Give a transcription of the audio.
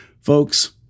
Folks